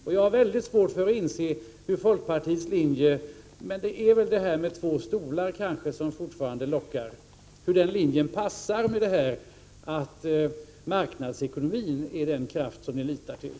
Jag har mycket svårt att förstå folkpartiets linje. Det är kanske detta med två stolar som fortfarande lockar. Jag har svårt att förstå hur folkpartiets linje passar med att marknadsekonomin är den kraft som man litar till.